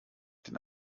den